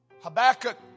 Habakkuk